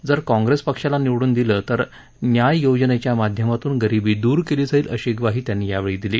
जर काँग्रेसपक्षाला निवडून दिलं तर न्याय योजनेच्या माध्यमातून गरीबी दूर केली जाईल अशी ग्वाही गांधी यांनी दिली